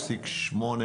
אני